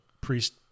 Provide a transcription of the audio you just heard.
priest